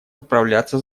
отправляться